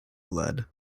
lead